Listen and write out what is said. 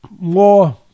more